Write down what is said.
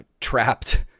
Trapped